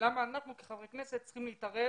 למה אנחנו כחברי כנסת צריכים להתערב